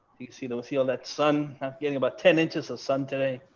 you see, they'll feel that sun up getting about ten inches of sun today